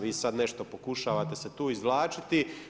Vi sad nešto pokušavate se tu izvlačiti.